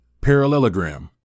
parallelogram